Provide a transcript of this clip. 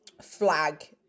flag